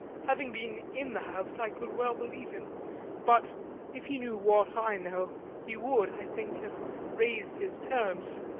having been in the house, i could well believe him but if he knew what i know, he would, i think, have raised his terms.